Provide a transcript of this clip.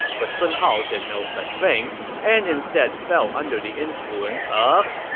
but sun hao did no such thing and instead fell under the influence of,